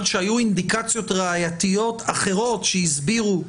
שהיו אינדיקציות ראיות אחרות שהסבירו,